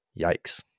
Yikes